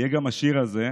תהיה גם השיר הזה,